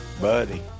buddy